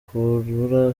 kubura